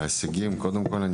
קודם כל,